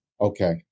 Okay